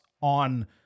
on